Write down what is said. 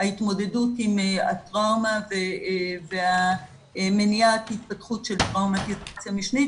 ההתמודדות עם הטראומה ומניעת התפתחות של טראומה משנית